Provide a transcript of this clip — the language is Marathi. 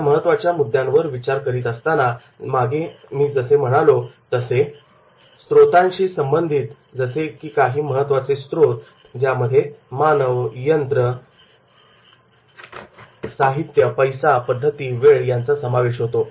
या महत्त्वाच्या मुद्द्यांवर विचार करण्याआधी जसे मी बोलत होतो तसे स्त्रोतांशी संबंधित जसे की महत्त्वाचे स्त्रोत ज्यामध्ये मानव यंत्र साहित्य पैसा पद्धती आणि वेळ यांचा समावेश होतो